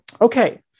Okay